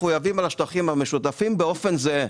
מחויבות על השטחים המשותפים באופן זהה.